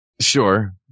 Sure